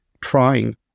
trying